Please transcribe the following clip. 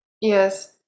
Yes